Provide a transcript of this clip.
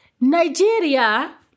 Nigeria